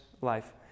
life